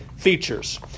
features